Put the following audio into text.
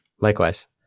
Likewise